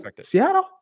seattle